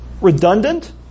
redundant